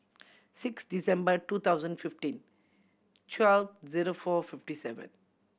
six December two thousand fifteen twelve zero four fifty seven